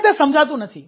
મને તે સમજાતું નથી